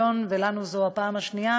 ולנו זו הפעם השנייה,